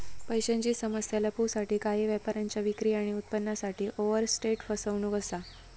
पैशांची समस्या लपवूसाठी काही व्यापाऱ्यांच्या विक्री आणि उत्पन्नासाठी ओवरस्टेट फसवणूक असा